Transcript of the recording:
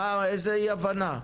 איזו אי הבנה?